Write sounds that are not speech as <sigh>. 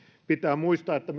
pitää muistaa että <unintelligible>